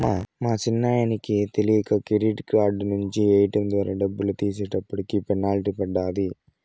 మా సిన్నాయనకి తెలీక క్రెడిట్ కార్డు నించి ఏటియం ద్వారా డబ్బులు తీసేటప్పటికి పెనల్టీ పడ్డాది